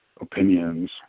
opinions